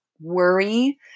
worry